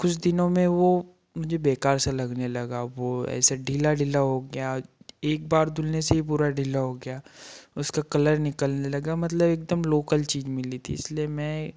कुछ दिनों में वो मुझे बेकार सा लगने लगा वो ऐसा ढीला ढीला हो गया एक बार धुलने से पूरा ढीला हो गया उसका कलर निकलने लगा मतलब एकदम लोकल चीज मिली थी इसलिए मैं